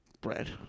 bread